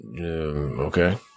Okay